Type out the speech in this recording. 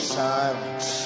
silence